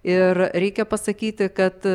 ir reikia pasakyti kad